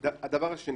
הדבר השני,